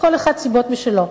לכל אחד סיבות משלו.